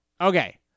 Okay